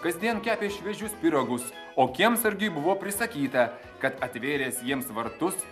kasdien kepė šviežius pyragus o kiemsargiui buvo prisakyta kad atvėręs jiems vartus